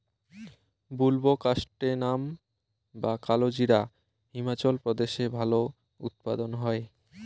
বুলবোকাস্ট্যানাম বা কালোজিরা হিমাচল প্রদেশে ভালো উৎপাদন হয়